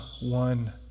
one